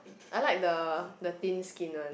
I like the the thin skin one